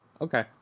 Okay